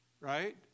right